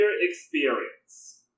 experience